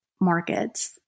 markets